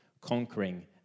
conquering